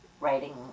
writing